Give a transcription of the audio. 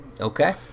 Okay